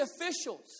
officials